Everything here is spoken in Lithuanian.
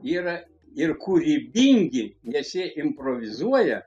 yra ir kūrybingi nes jie improvizuoja